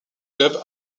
club